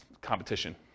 competition